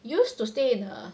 used to stay in um